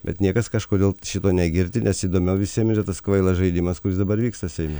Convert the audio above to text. bet niekas kažkodėl šito negirdi nes įdomiau visiem yra tas kvailas žaidimas kuris dabar vyksta seime